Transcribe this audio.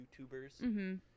YouTubers